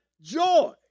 joy